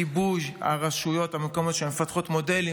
גיבוי הרשויות המקומיות שמפתחות מודלים